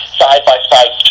side-by-side